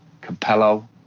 Capello